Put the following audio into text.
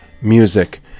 music